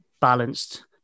balanced